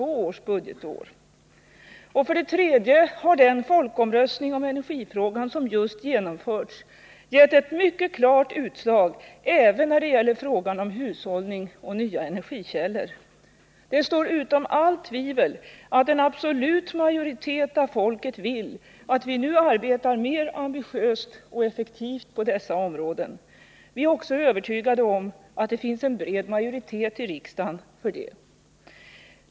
För det tredje har den folkomröstning om energifrågan som just har genomförts gett ett mycket klart utslag även när det gäller frågan om hushållning och nya energikällor. Det står utom allt tvivel att en absolut majoritet av folket vill att vi nu arbetar mer ambitiöst och effektivt på dessa 31 områden. Vi är också övertygade om att det finns en bred majoritet i riksdagen härför.